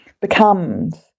becomes